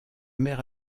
mère